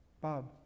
Bob